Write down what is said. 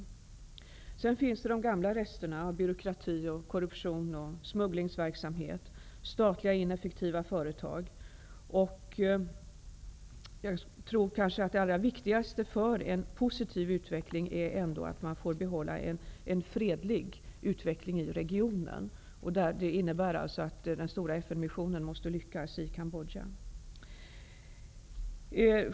Dessutom finns de gamla resterna av byråkrati, korruption, smugglingsverksamhet och statliga ineffektiva företag. Jag tror att det allra viktigaste för en positiv utveckling ändå är att man får behålla en fredlig utveckling i regionen. Det innebär att den stora FN missionen måste lyckas i Cambodja.